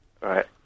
Right